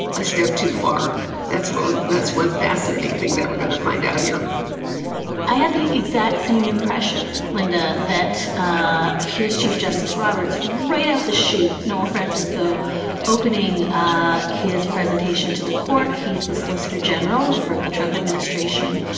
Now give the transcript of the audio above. a step too far. that's what we're that's one fascinating thing that we're going to find out here i had the exact same impression, linda, that ah here's chief justice roberts right out the shoot. noel francisco opening ah his presentation to the court. he's the solicitor general for the trump administration,